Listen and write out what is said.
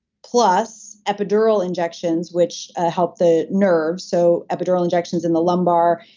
plus epidural injections, which help the nerves. so epidural injections in the lumbar,